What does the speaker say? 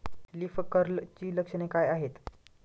Leaf कर्लची लक्षणे काय आहेत?